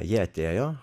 jie atėjo